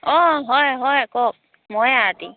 অঁ হয় হয় কওক ময়ে আৰতি